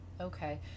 Okay